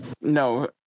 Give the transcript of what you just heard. No